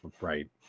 right